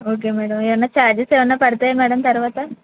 okay madam ఏమైన్నా charges ఏమైన్నా పడతాయి మేడం తర్వాత